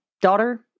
daughter